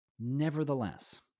Nevertheless